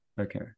okay